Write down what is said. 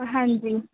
हां जी